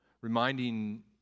reminding